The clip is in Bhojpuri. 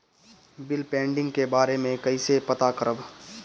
बिल पेंडींग के बारे में कईसे पता करब?